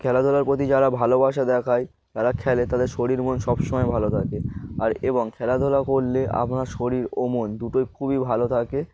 খেলাধুলার প্রতি যারা ভালোবাসা দেখায় যারা খেলে তাদের শরীর মন সবসময় ভালো থাকে আর এবং খেলাধুলা করলে আমার শরীর ও মন দুটোই খুবই ভালো থাকে